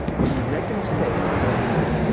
when you make a mistake, what do you do?